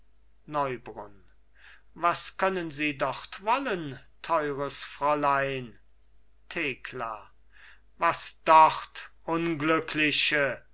neubrunn was können sie dort wollen teures fräulein thekla was dort unglückliche